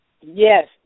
Yes